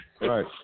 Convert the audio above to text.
Right